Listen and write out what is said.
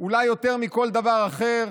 אולי יותר מכל דבר אחר